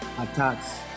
attacks